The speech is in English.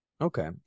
Okay